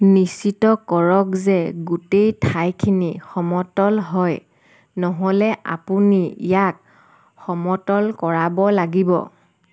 নিশ্চিত কৰক যে গোটেই ঠাইখিনি সমতল হয় নহ'লে আপুনি ইয়াক সমতল কৰাব লাগিব